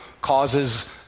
causes